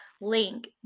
Link